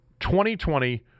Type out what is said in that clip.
2020